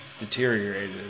Deteriorated